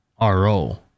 RO